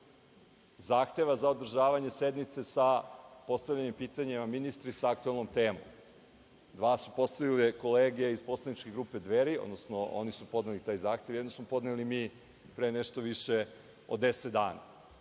zahteva za održavanje sednice sa postavljanjem pitanja prema ministrima, sa aktuelnom temom. Dva su poslala kolege iz poslaničke grupe Dveri, odnosno oni su podneli taj zahtev, a jedan smo podneli mi pre nešto više od 10 dana.